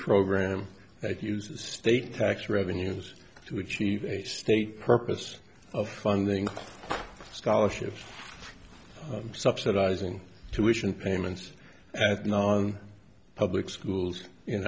program that uses state tax revenues to achieve a state purpose of funding scholarships subsidizing tuitions payments at non public schools in